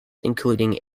including